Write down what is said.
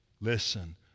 Listen